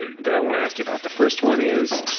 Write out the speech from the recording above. that i want to ask you about. the first one is,